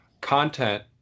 content